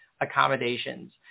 accommodations